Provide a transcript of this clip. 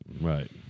Right